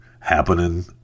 happening